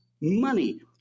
money